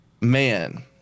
man